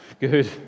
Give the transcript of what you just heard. Good